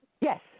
Yes